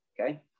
okay